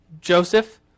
Joseph